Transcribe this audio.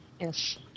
Yes